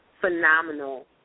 phenomenal